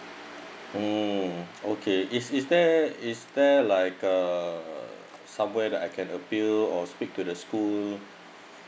mm okay is is there is there like a somewhere that I can appeal or speak to the school